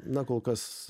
na kolkas